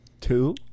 two